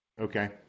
Okay